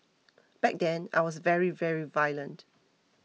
back then I was very very violent